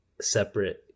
separate